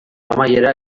amaiera